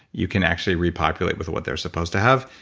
you can actually repopulate with what they're supposed to have.